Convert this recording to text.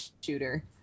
shooter